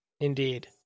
Indeed